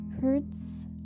hurts